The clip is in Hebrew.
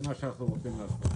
זה מה שאנחנו רוצים לעשות.